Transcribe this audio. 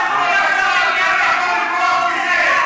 לברוח מזה.